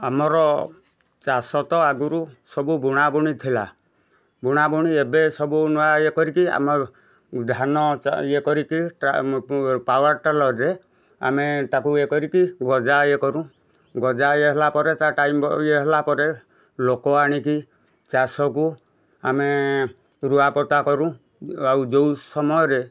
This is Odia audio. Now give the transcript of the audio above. ଆମର ଚାଷ ତ ଆଗରୁ ସବୁ ବୁଣାବୁଣି ଥିଲା ବୁଣାବୁଣି ଏବେ ସବୁ ନୂଆ ଇଏ କରିକି ଆମର ଧାନ ଚା ଇଏ କରିକି ପାୱାର୍ ଟିଲରରେ ଆମେ ତାକୁ ଇଏ କରିକି ଗଜା ଇଏ କରୁ ଗଜା ଇଏ ହେଲା ପରେ ତା ଟାଇମ୍ ଇଏ ହେଲା ପରେ ଲୋକ ଆଣିକି ଚାଷକୁ ଆମେ ରୁଆଁପୋତା କରୁ ଆଉ ଯେଉଁ ସମୟରେ